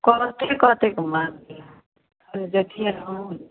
कथी कथी घुमा देब कनी देखियै हम